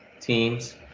teams